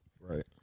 Right